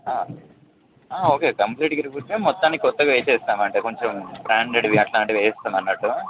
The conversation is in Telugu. ఓకే కంప్లీట్గా ఇరిగి ఉంటే మొత్తానికి కొత్తగా వేస్తాం అయితే కొంచెం బ్రాండెడ్వి అట్లాంటివి వేస్తాం అన్నట్టు